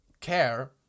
care